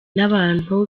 n’abantu